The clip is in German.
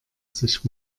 sich